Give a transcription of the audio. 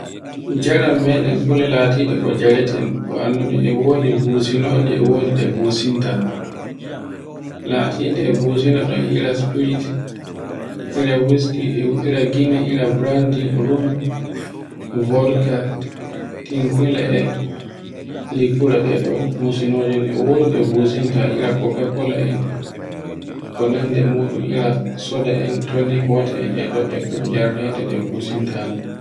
Jaran meɗen kulle latiɗe ko jareten, ko annduɗen e wodi busunoje e wodi ɗe businta. Latiɗe e businaɗe ɗon ira sprit ira wiski, ira gine, ira brandi e rum, bodka, tinkula'e, likkuraɗe ko busunoje e wodi ɗibusunta, ira ko popcola en, ko nandi muɗum ira soda en toni ko wadda toni ko en ɗeɗe fu jarateɗe busunta no.